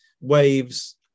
waves